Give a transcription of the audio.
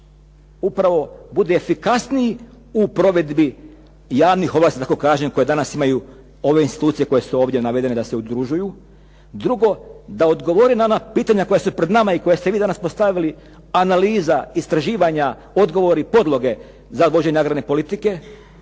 upravo bude efikasniji u provedbi javnih ovlasti da tako kažem koje danas imaju ove institucije koje su ovdje navedene da se udružuju. Drugo, da odgovore na ona pitanja koja su pred nama i koja ste vi danas postavili, analiza, istraživanja, odgovori, podloge, za vođenje agrarne politike